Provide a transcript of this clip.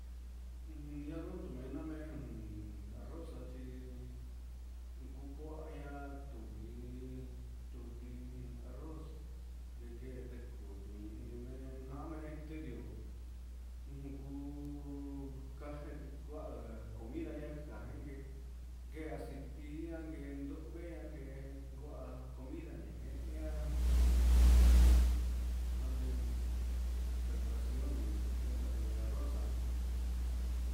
Ujun ñanuu tu mena men un ndoxa'a xhi'í ikuu kua ña'a tulin tulin ndox ndeke tikutuña'a iin na me esterio, ujun kuu taje i ku'a, kuiña kandeje kee acitiña kendovee ñake ku'a nguinda ñagen ña'a, ujun namen preparacion nde yendavii arroz xa'a.